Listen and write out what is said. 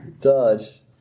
dodge